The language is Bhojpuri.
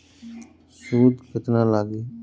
सूद केतना लागी?